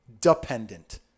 dependent